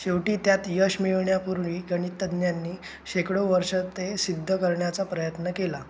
शेवटी त्यात यश मिळविण्यापूर्वी गणिततज्ञांनी शेकडो वर्ष ते सिद्ध करण्याचा प्रयत्न केला